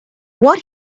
what